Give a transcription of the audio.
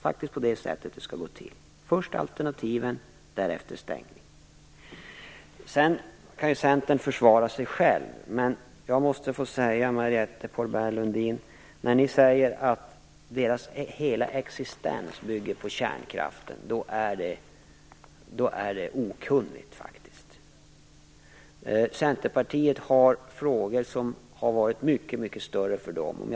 Först skall man ha alternativen, därefter kan man stänga kärnkraftverken. Centern kan försvara sig själv. Men jag måste, Marietta de Pourbaix-Lundin, säga att när ni säger att Centerns hela existens bygger på kärnkraften, då är det faktiskt okunnigt. Det har funnits frågor som har varit mycket större för Centerpartiet.